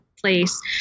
place